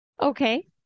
okay